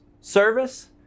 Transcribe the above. service